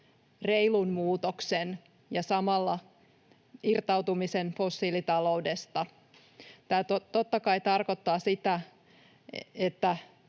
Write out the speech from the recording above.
reilun muutoksen ja samalla irtautumisen fossiilitaloudesta. Tämä totta kai tarkoittaa sitä, että